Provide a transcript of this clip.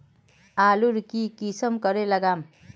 आलूर की किसम करे लागम?